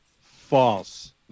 False